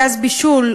גז בישול,